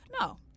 no